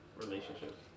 relationship